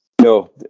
No